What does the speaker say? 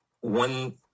One